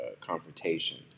confrontation